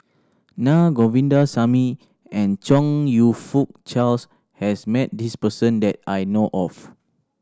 Naa Govindasamy and Chong You Fook Charles has met this person that I know of